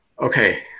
okay